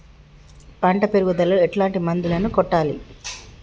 పంట పెరుగుదలలో ఎట్లాంటి మందులను కొట్టాలి?